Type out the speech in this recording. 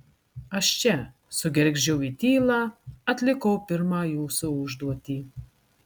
aš čia sugergždžiau į tylą atlikau pirmą jūsų užduotį